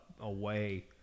away